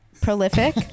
Prolific